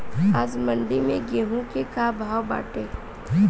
आज मंडी में गेहूँ के का भाव बाटे?